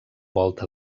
volta